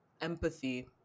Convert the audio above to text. empathy